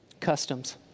customs